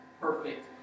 Perfect